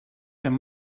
wenn